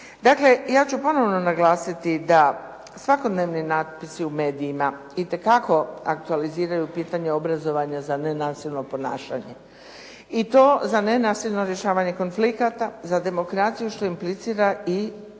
Dakle, ja ću ponovo naglasiti da svakodnevni natpisi u medijima itekako aktualiziraju pitanje obrazovanja za nenasilno ponašanje i to za nenasilno rješavanje konflikata za demokraciju što implicira i obrazovanje